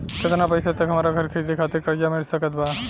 केतना पईसा तक हमरा घर खरीदे खातिर कर्जा मिल सकत बा?